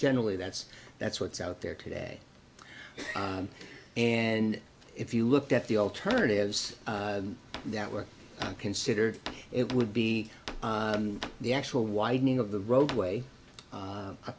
generally that's that's what's out there today and if you looked at the alternatives that were considered it would be the actual widening of the roadway